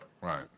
Right